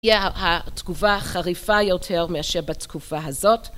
תהיה התגובה חריפה יותר מאשר בתגובה הזאת.